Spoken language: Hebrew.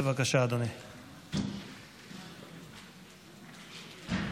בבקשה, אדוני.